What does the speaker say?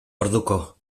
orduko